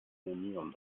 neniom